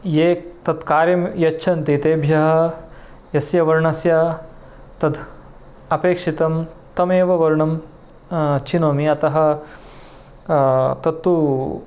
ये तत्कार्यं यच्छन्ति तेभ्यः यस्य वर्णस्य तत् अपेक्षितं तमेव वर्णं चिनोमि अतः तत्तु